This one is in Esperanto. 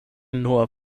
nur